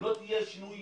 לא יהיה שינוי